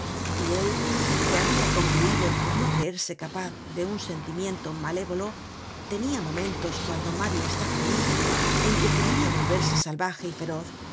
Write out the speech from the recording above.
y él que habia concluido por no creerse capaz de un sentimiento malévolo tenia momentos cuando mario estaba allí en que creia volverse salvaje y feroz